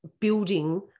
building